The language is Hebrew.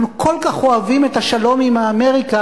אנחנו כל כך אוהבים את השלום עם אמריקה,